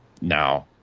Now